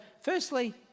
firstly